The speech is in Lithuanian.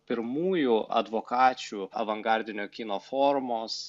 pirmųjų advokačių avangardinio kino formos